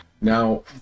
Now